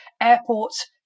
airports